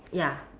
ya